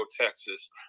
Texas